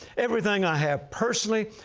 everything i have personally,